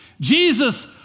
Jesus